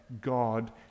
God